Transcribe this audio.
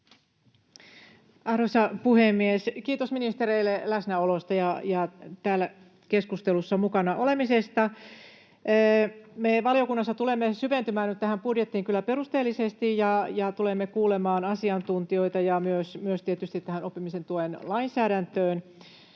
Arvoisa puhemies! Kiitos ministereille läsnäolosta ja täällä keskustelussa mukana olemisesta. Me valiokunnassa tulemme syventymään nyt tähän budjettiin kyllä perusteellisesti ja myös tietysti tähän oppimisen tuen lainsäädäntöön,